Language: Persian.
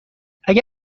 اگه